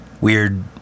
weird